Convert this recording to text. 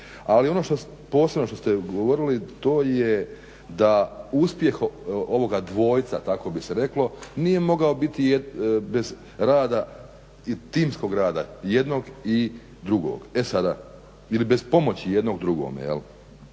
Ali ono posebno što ste govorili to je da uspjeh ovoga dvojca tako bi se reklo nije mogao biti bez timskog rada jednog i drugog ili bez pomoći jednog drugome jel'.